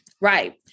right